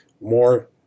more